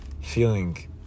feeling